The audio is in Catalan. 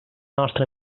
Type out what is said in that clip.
nostra